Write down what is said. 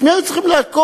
את מי היו צריכים להכות?